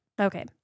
Okay